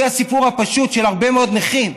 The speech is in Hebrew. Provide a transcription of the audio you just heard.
זה הסיפור הפשוט של הרבה מאוד נכים,